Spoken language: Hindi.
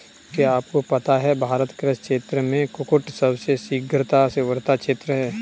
क्या आपको पता है भारत कृषि क्षेत्र में कुक्कुट सबसे शीघ्रता से उभरता क्षेत्र है?